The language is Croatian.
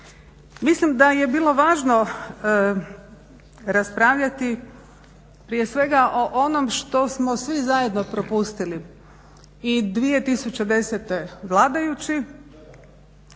Mislim da je bilo važno raspravljati prije svega o onom što smo svi zajedno propustili i 2010. vladajući